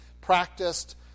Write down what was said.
practiced